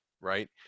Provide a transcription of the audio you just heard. right